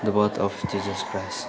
the birth of Jesus Christ